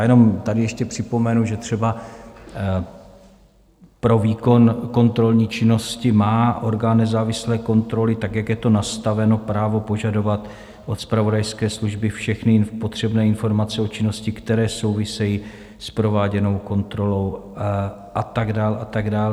Jenom tady ještě připomenu, že třeba pro výkon kontrolní činnosti má orgán nezávislé kontroly tak, jak je to nastaveno, právo požadovat od zpravodajské služby všechny potřebné informace o činnosti, které souvisejí s prováděnou kontrolou, a tak dál a tak dál.